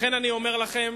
לכן אני אומר לכם,